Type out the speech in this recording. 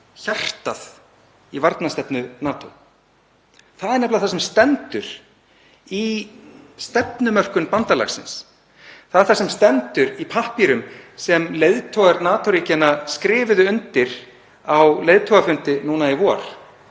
hjartað í varnarstefnu NATO. Það er nefnilega það sem stendur í stefnumörkun bandalagsins, það er það sem stendur í pappírum sem leiðtogar NATO-ríkjanna skrifuðu undir á leiðtogafundi núna í vor: